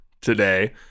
today